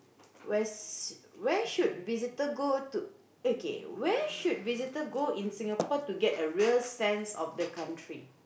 where's where should visitor go to okay where should visitor go in Singapore to get a real sense of the country